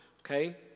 okay